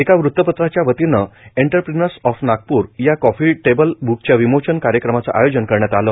एका वृत्तपत्राच्या वतीने एंटरप्रिनर्स ऑफ नागपूर या कॉफीटेबल ब्कच्या विमोचन कार्यक्रमाचे आयोजन करण्यात आले